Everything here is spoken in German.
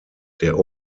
der